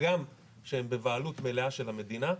הגם שהם בבעלות מלאה של המדינה,